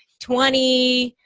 twenty,